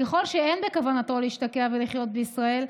ככל שאין בכוונתו להשתקע ולחיות בישראל,